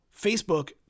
Facebook